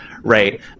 right